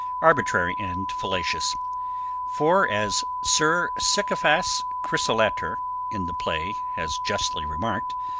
arbitrary and fallacious for, as sir sycophas chrysolater in the play has justly remarked,